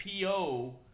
PO